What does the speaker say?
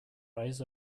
eyes